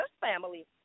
family